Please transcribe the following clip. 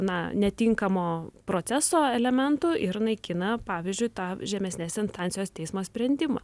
na netinkamo proceso elementų ir naikina pavyzdžiui tą žemesnės instancijos teismo sprendimą